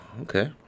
okay